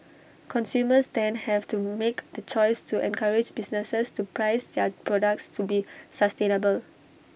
consumers then have to make the choice to encourage businesses to price their products to be sustainable